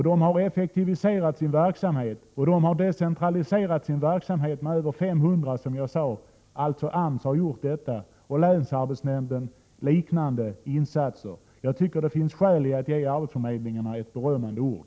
AMS har effektiviserat sin verksamhet och decentraliserat med över 500 personer, som jag sade, och länsarbetsnämnderna har gjort liknande insatser. Jag tycker det finns skäl att ge arbetsförmedlingarna ett berömmande ord.